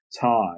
Time